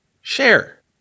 share